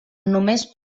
només